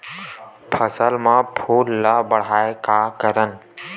फसल म फूल ल बढ़ाय का करन?